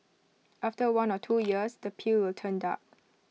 after one or two years the peel will turn dark